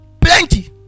Plenty